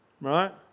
right